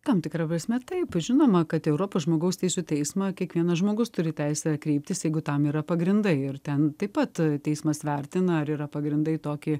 tam tikra prasme taip žinoma kad į europos žmogaus teisių teismą kiekvienas žmogus turi teisę kreiptis jeigu tam yra pagrindai ir ten taip pat teismas vertina ar yra pagrindai tokį